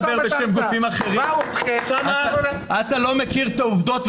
אתה לא מכיר את העובדות,